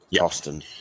Austin